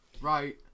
Right